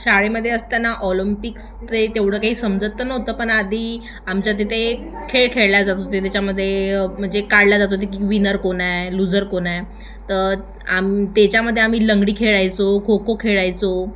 शाळेमध्ये असताना ऑलंपिक्स ते तेवढं काही समजत तर नव्हतं पण आधी आमच्या तिथे खेळ खेळले जात होते त्याच्यामध्ये म्हणजे काढले जात होते की विनर कोण आहे लुजर कोण आहे त आम त्याच्यामध्ये आम्ही लंगडी खेळायचो खो खो खेळायचो